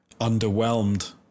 underwhelmed